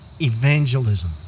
evangelism